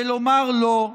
ולומר לו: